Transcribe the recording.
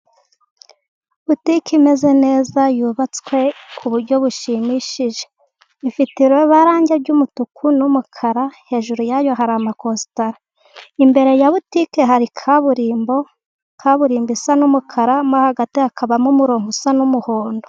Butike imeze neza yubatswe ku buryo bushimishije. Ifite irangi ry'umutuku n'umukara, hejuru yayo hari ama kositara. Imbere ya butike hari kaburimbo. Kaburimbo isa n'umukara. Mo hagati hakabamo umurongo usa n'umuhondo.